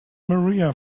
maria